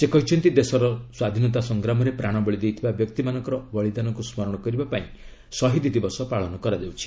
ସେ କହିଛନ୍ତି ଦେଶର ସ୍ୱାଧୀନତା ସଂଗ୍ରାମରେ ପ୍ରାଶବଳି ଦେଇଥିବା ବ୍ୟକ୍ତିମାନଙ୍କର ବଳିଦାନକୁ ସ୍କରଣ କରିବାପାଇଁ ଶହୀଦ୍ ଦିବସ ପାଳନ କରାଯାଉଛି